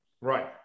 Right